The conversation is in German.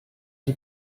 die